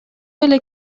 эле